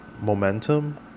momentum